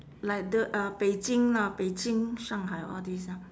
like the uh beijing lah beijing shanghai all this ah